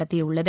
நடத்தியுள்ளது